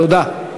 תודה.